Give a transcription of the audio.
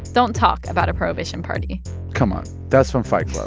don't talk about a prohibition party come on. that's from fight club.